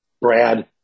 Brad